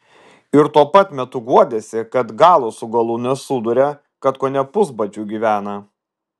ir tuo pat metu guodėsi kad galo su galu nesuduria kad kone pusbadžiu gyvena